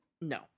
No